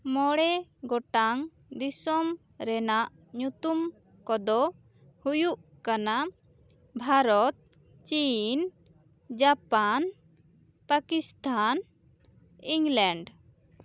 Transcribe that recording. ᱢᱚᱬᱮ ᱜᱚᱴᱟᱝ ᱫᱤᱥᱚᱢ ᱨᱮᱱᱟᱜ ᱧᱩᱛᱩᱢ ᱠᱚ ᱫᱚ ᱦᱩᱭᱩᱜ ᱠᱟᱱᱟ ᱵᱷᱟᱨᱚᱛ ᱪᱤᱱ ᱡᱟᱯᱟᱱ ᱯᱟᱠᱤᱥᱛᱟᱱ ᱤᱝᱜᱽᱞᱮᱱᱰ